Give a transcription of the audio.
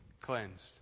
cleansed